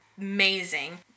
Amazing